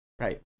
Right